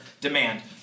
demand